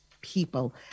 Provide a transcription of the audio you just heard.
people